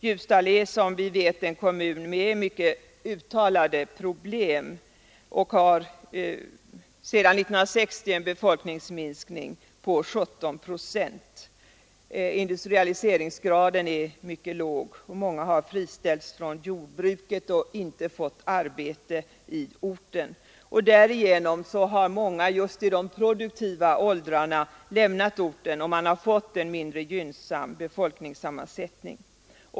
Ljusdal är som vi vet en kommun med mycket uttalade problem. Sedan 1960 har Ljusdal en befolkningsminskning på 17 procent. Industrialiseringsgraden är mycket låg. Många har friställts från jordbruket och inte fått arbete i orten. Därigenom har ett stort antal människor just i de produktiva åldrarna lämnat orten, och man har fått en mindre gynnsam befolkningssammansättning.